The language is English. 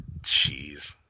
Jeez